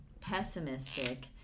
pessimistic